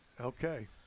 Okay